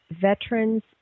veterans